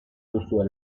duzue